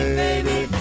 baby